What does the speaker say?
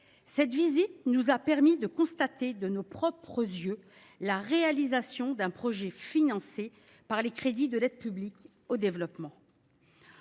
Cette visite nous a permis de constater de nos propres yeux la réalisation d’un projet financé par les crédits de l’aide publique au développement.